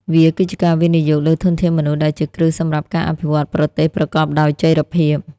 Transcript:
វាគឺជាការវិនិយោគលើធនធានមនុស្សដែលជាគ្រឹះសម្រាប់ការអភិវឌ្ឍប្រទេសប្រកបដោយចីរភាព។